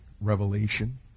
revelation